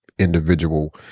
individual